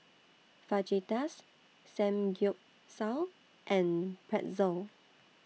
Fajitas Samgyeopsal and Pretzel